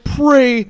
pray